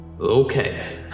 Okay